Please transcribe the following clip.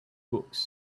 books